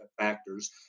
factors